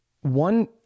one